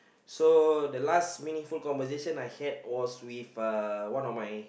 so the last meaningful conversation I had was with uh one of my